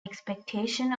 expectation